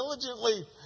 diligently